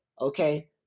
okay